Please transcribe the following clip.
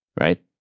right